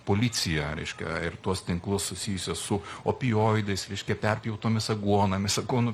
policija reiškia ir tuos tinklus susijusius su opioidais reiškia perpjautomis aguonomis aguonų